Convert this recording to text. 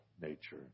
nature